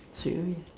straightaway